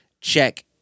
check